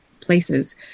places